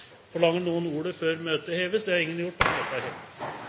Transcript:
Forlanger noen ordet før møtet heves? – Møtet er